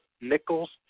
Nichols